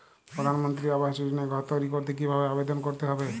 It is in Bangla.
প্রধানমন্ত্রী আবাস যোজনায় ঘর তৈরি করতে কিভাবে আবেদন করতে হবে?